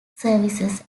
services